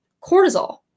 cortisol